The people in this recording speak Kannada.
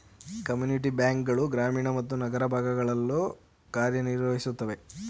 ಕಮ್ಯುನಿಟಿ ಬ್ಯಾಂಕ್ ಗಳು ಗ್ರಾಮೀಣ ಮತ್ತು ನಗರ ಭಾಗಗಳಲ್ಲೂ ಕಾರ್ಯನಿರ್ವಹಿಸುತ್ತೆ